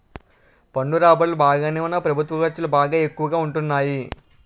పన్ను రాబడులు బాగానే ఉన్నా ప్రభుత్వ ఖర్చులు బాగా ఎక్కువగా ఉంటాన్నాయి